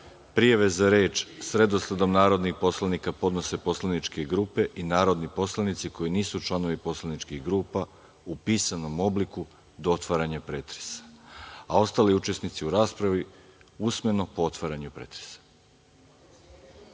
prijave za reč sa redosledom narodnih poslanika podnose poslaničke grupe i narodni poslanici koji nisu članovi poslaničkih grupa u pisanom obliku do otvaranja pretresa, a ostali učesnici u raspravi usmeno po otvaranju pretresa. Tako